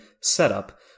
setup